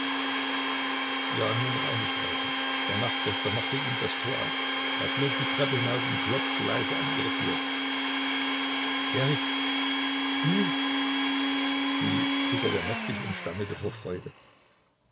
ja nur noch eine straße der nachtwächter machte ihm das tor auf er flog die treppen hinauf und klopfte leise an ihre tür erik du sie zitterte heftig und stammelte vor freude